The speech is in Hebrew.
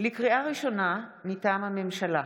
לקריאה ראשונה, מטעם הממשלה: